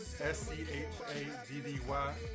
S-C-H-A-D-D-Y